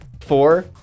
Four